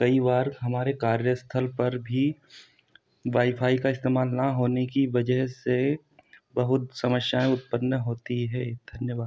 कई बार हमारे कार्य स्थल पर भी वाईफाई का इस्तेमाल ना होने की वजह से बहुत समस्याएं उत्पन्न होती हे धन्यवाद